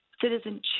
citizen